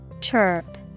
Chirp